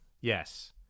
Yes